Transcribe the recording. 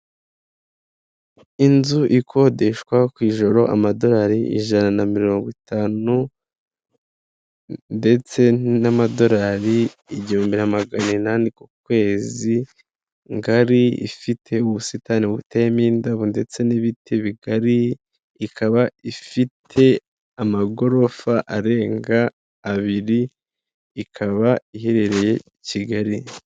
Inzu ikodeshwa ku ijoro amadolari ijana na mirongo itanu, ndetse n'amadolari igihumbi na magana inani ku kwezi, ngari ifite ubusitani buteyemo indabo ndetse n'ibiti bigari, ikaba ifite amagorofa arenga abiri ikaba iherereye i Kigali.